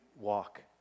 walk